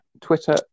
Twitter